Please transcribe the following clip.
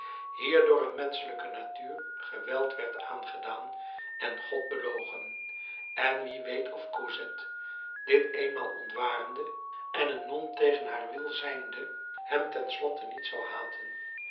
kweeken hierdoor een menschelijke natuur geweld werd aangedaan en god belogen en wie weet of cosette dit eenmaal ontwarende en een non tegen haar zin zijnde hem ten slotte niet zou haten